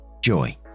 joy